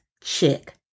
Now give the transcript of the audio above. chick